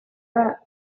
that